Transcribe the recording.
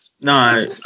No